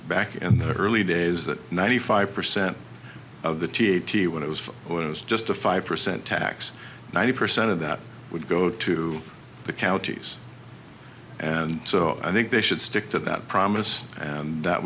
back in the early days that ninety five percent of the t eighty one it was for it was just a five percent tax ninety percent of that would go to the counties and so i think they should stick to that promise and that